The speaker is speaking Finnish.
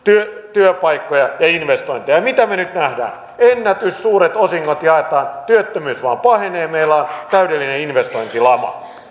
työpaikkoja ja investointeja ja mitä me nyt näemme ennätyssuuret osingot jaetaan työttömyys vain pahenee ja meillä on täydellinen investointilama